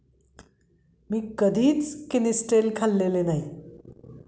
मी कधीच किनिस्टेल खाल्लेले नाही